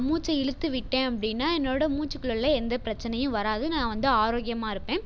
மூச்சை இழுத்துவிட்டேன் அப்படின்னா என்னோட மூச்சுக்குழல்ல எந்த பிரச்சினையும் வராது நான் வந்து ஆரோக்கியமாக இருப்பேன்